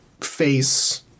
face –